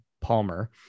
Palmer